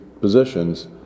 positions